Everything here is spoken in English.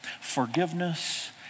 forgiveness